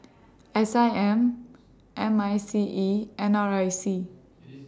S I M M I C E N R I C